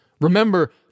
Remember